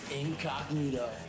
incognito